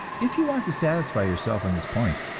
if you want to satisfy yourself on this point,